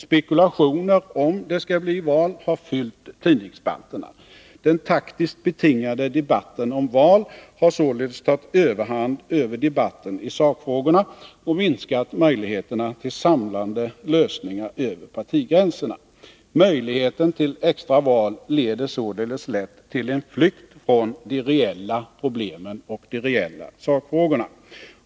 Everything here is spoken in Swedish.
Spekulationer om det skall bli val har fyllt tidningsspalterna. Den taktiskt betingade debatten om val har således tagit överhand över debatten i sakfrågorna och minskat möjligheterna till samlande lösningar över partigränserna. Möjligheten till extra val leder således lätt till en flykt från de reella problemen och de reella sakfrågorna.